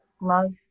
love